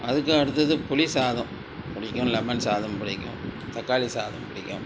அதுக்கும் அடுத்தது புளி சாதம் பிடிக்கும் லெமன் சாதம் பிடிக்கும் தக்காளி சாதம் பிடிக்கும்